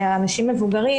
לאנשים מבוגרים,